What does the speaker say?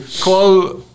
call